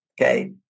Okay